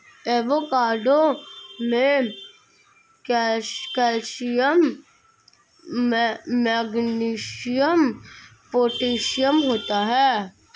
avocado में calcium magnesium potassium होता है